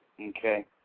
Okay